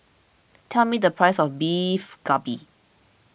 tell me the price of Beef Galbi